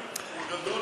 הוא גדול,